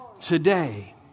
today